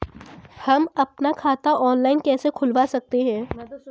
हम अपना खाता ऑनलाइन कैसे खुलवा सकते हैं?